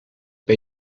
ben